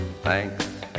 Thanks